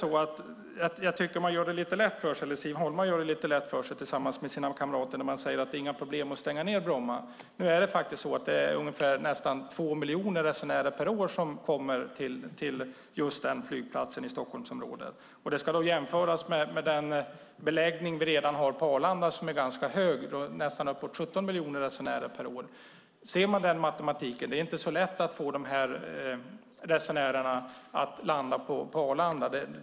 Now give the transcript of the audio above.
Jag tycker att Siv Holma tillsammans med sina kamrater gör det lite lätt för sig när de säger att det inte är några problem att stänga Bromma. Det är faktiskt nästan 2 miljoner resenärer per år som kommer till just den flygplatsen i Stockholmsområdet. Det ska då jämföras med den beläggning vi redan har på Arlanda som är ganska hög, nästan 17 miljoner resenärer per år. Ser man den matematiken? Det är inte så lätt att få de här resenärerna att landa på Arlanda.